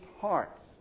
hearts